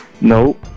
No